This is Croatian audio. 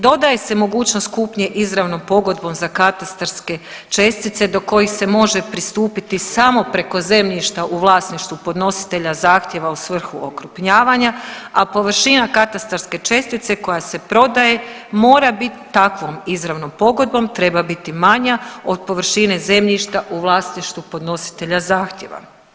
Dodaje se mogućnost kupnje izravnom pogodbom za katastarske čestice do kojih se može pristupiti samo preko zemljišta u vlasništvu podnositelja zahtjeva u svrhu okrupnjavanja, a površina katastarske čestice koja se prodaje mora bit takvom izravnom pogodbom treba biti manja od površine zemljišta u vlasništvu podnositelja zahtjeva.